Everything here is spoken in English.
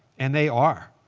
and they are.